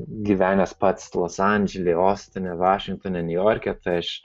gyvenęs pats los andželeostine vašingtone niujorke tai aš